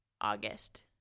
August